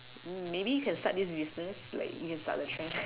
mm maybe you can start this business like you can start the trend